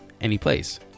anyplace